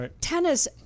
tennis